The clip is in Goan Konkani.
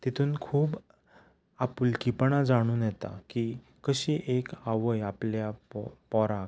तितून खूब आपुलकीपणा जाणून येता की कशी एक आवय आपल्या पोराक